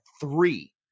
three